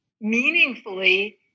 meaningfully